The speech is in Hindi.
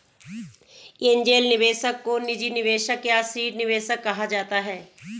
एंजेल निवेशक को निजी निवेशक या सीड निवेशक कहा जाता है